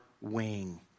wing